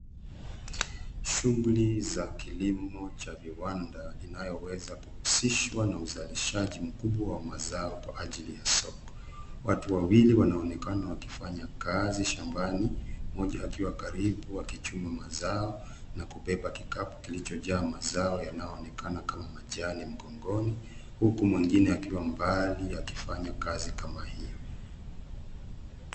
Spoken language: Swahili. Shughuli za kilimo cha viwanda zinaonyesha kukusishwa na uzalishaji mkubwa wa mazao kwa ajili ya soko. Watu wawili wanaonekana wakifanya kazi shambani, mmoja akiwa karibu akikichukua mazao na kubeba kikapu kilichojaa mazao yanayoonekana kama mahindi makongwe. Huku mwingine akiwa pembeni akifanya kazi kama hiyo.